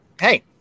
Hey